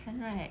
can right